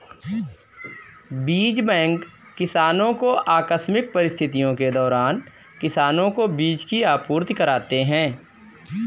बीज बैंक किसानो को आकस्मिक परिस्थितियों के दौरान किसानो को बीज की आपूर्ति कराते है